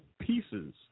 pieces